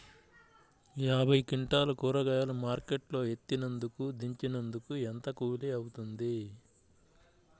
యాభై క్వింటాలు కూరగాయలు మార్కెట్ లో ఎత్తినందుకు, దించినందుకు ఏంత కూలి అవుతుంది?